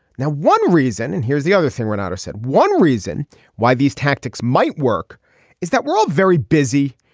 now one reason and here's the other thing we're not i said one reason why these tactics might work is that we're all very busy.